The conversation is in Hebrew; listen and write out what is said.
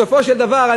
בסופו של דבר,